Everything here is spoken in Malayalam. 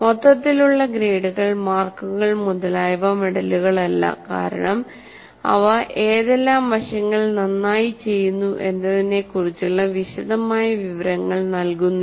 മൊത്തത്തിലുള്ള ഗ്രേഡുകൾ മാർക്കുകൾ മുതലായവ മെഡലുകളല്ല കാരണം അവ ഏതെല്ലാം വശങ്ങൾ നന്നായി ചെയ്യുന്നു എന്നതിനെക്കുറിച്ചുള്ള വിശദമായ വിവരങ്ങൾ നൽകുന്നില്ല